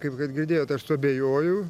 kaip kad girdėjot aš suabejoju